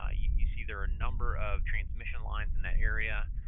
ah you see there are a number of transmission lines in that area.